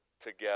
together